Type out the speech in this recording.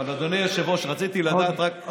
אבל אדוני היושב-ראש, רציתי לדעת רק דבר אחד.